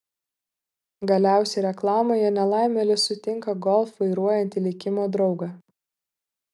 galiausiai reklamoje nelaimėlis sutinka golf vairuojantį likimo draugą